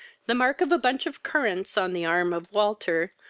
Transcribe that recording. the mark of a bunch of currants on the arm of walter,